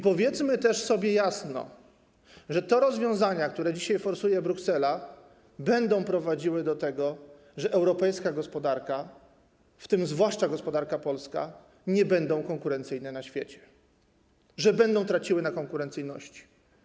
Powiedzmy też sobie jasno, że rozwiązania, które forsuje dzisiaj Bruksela, będą prowadziły do tego, że europejskie gospodarki, w tym zwłaszcza gospodarka polska, nie będą konkurencyjne na świecie, będą traciły na konkurencyjności.